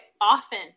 often